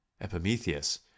Epimetheus